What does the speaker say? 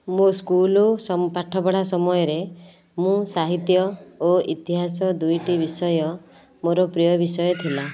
ମୁଁ ସ୍କୁଲ୍ ପାଠପଢ଼ା ସମୟରେ ମୁଁ ସାହିତ୍ୟ ଓ ଇତିହାସ ଦୁଇଟି ବିଷୟ ମୋର ପ୍ରିୟ ବିଷୟ ଥିଲା